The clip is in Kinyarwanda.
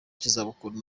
cy’izabukuru